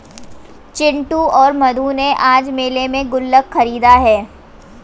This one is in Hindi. चिंटू और मधु ने आज मेले में गुल्लक खरीदा है